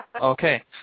Okay